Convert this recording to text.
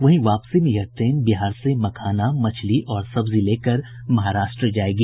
वहीं वापसी में यह ट्रेन बिहार से मखाना मछली और सब्जी लेकर महाराष्ट्र जायेगी